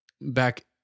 back